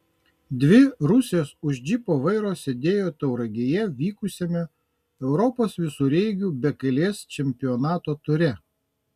dvi rusės už džipo vairo sėdėjo tauragėje vykusiame europos visureigių bekelės čempionato ture